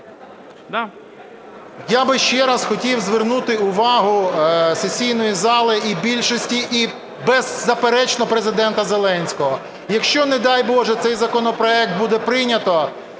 Я би ще раз хотів звернути увагу сесійної зали і більшості, і беззаперечно Президента Зеленського. Якщо, не дай Боже, цей законопроект буде прийнято,